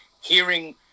hearing